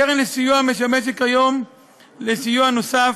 הקרן לסיוע משמשת כיום לסיוע נוסף,